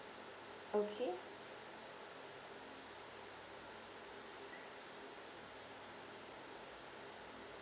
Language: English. okay